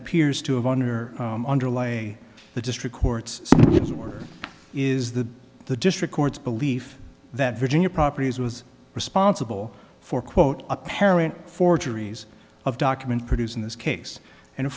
appears to have honor underlie the district court's order is the the district court's belief that virginia properties was responsible for quote apparent forgeries of document produced in this case and a